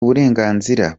uburenganzira